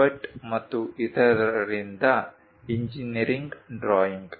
ಭಟ್ ಮತ್ತು ಇತರರಿಂದ engineering drawing